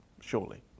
surely